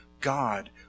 God